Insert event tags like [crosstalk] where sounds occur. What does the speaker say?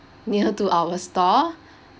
[laughs] near to our store [breath]